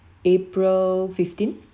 april fifteen